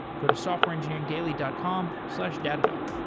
go to softwareengineeringdaily dot com slash datadog.